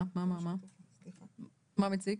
מה מציק?